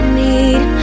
need